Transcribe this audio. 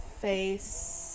face